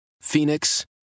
Phoenix